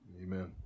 Amen